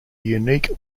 unique